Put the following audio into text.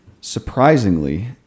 surprisingly